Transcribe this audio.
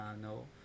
no